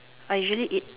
I usually eat